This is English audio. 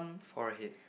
forehead